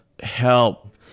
help